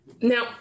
Now